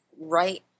right